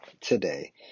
today